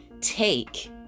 take